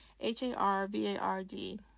H-A-R-V-A-R-D